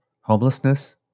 Homelessness